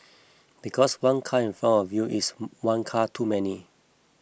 because one car in front of you is one car too many